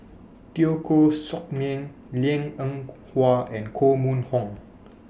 Teo Koh Sock Miang Liang Eng Hwa and Koh Mun Hong